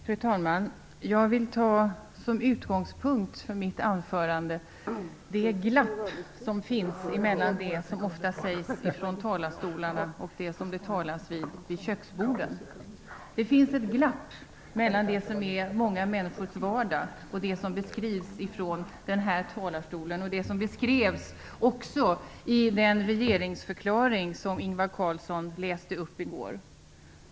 Fru talman! Jag vill som utgångspunkt för mitt anförande ta det glapp som finns mellan det som ofta sägs från talarstolarna och det som det talas om vid köksborden. Det finns ett glapp mellan det som är många människors vardag och det som beskrivs från den här talarstolen och det som också beskrevs i den regeringsförklaring som Ingvar Carlsson läste upp i går.